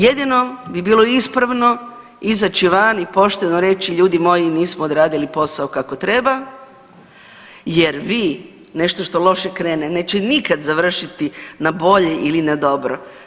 Jedino bi bilo ispravno izaći van i pošteno reći ljudi moji nismo odradili posao kako treba jer vi nešto što loše krene neće nikad završit na bolje ili na dobro.